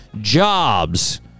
jobs